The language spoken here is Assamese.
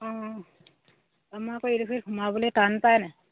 অঁ আমাৰ আকৌ এইডখৰি সোমাবলে টান পায় নাই